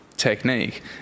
Technique